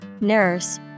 nurse